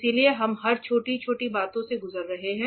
इसलिए हम हर छोटी छोटी बातों से गुजर रहे हैं